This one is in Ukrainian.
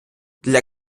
для